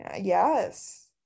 Yes